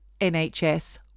NHS